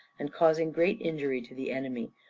and causing great injury to the enemy,